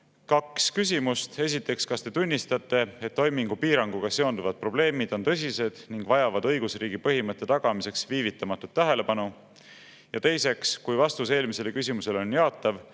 kaks küsimust. Esiteks: "Kas Te tunnistate, et toimingupiiranguga seonduvad probleemid on tõsised ning vajavad õigusriigi põhimõtte tagamiseks viivitamatut tähelepanu?" Ja teiseks: "Kui vastus eelmisele küsimusele on jaatav,